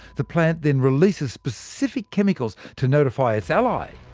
the plant then releases specific chemicals to notify its ally,